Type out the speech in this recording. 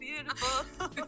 beautiful